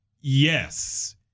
Yes